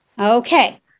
Okay